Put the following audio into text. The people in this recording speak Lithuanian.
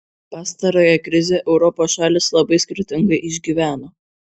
pastarąją krizę europos šalys labai skirtingai išgyveno